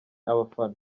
abafana